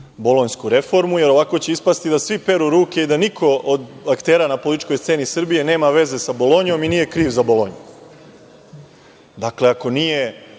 bolonjsku reformu, jer ovako će ispasti da svi peru ruke i da niko od aktera na političkoj sceni Srbije nema veze sa Bolonjom i nije kriv za Bolonju. Dakle, ako nije